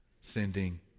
Sending